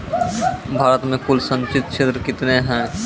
भारत मे कुल संचित क्षेत्र कितने हैं?